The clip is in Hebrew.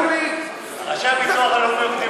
אמרו לי, ראשי הביטוח הלאומי עבדו